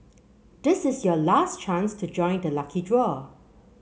this is your last chance to join the lucky draw